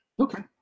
Okay